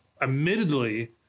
admittedly